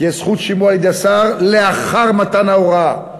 תהיה זכות שימוע על-ידי השר לאחר מתן ההוראה.